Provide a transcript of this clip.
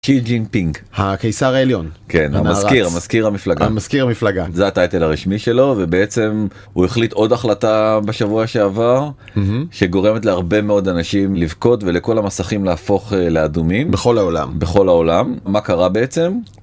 שי ג'ינפינג. -הקיסר העליון. -כן. הנערץ. -המזכיר, מזכיר המפלגה. -המזכיר המפלגה. -זה הטייטל הרשמי שלו, ובעצם הוא החליט עוד החלטה בשבוע שעבר שגורמת להרבה מאוד אנשים לבכות ולכל המסכים להפוך לאדומים. -בכל העולם. -בכל העולם. מה קרה בעצם?